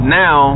now